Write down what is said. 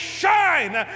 shine